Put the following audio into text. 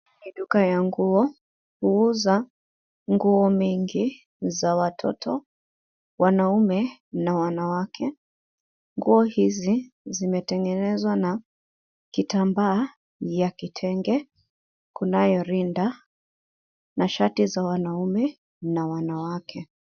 Ni duka ya nguo. Huuza nguo mengi za watoto, wanaume na wanawake. Nguo hizi zimetengenezwa na kitambaa ya kitenge kunayorinda na shati za wanaume na wanawake.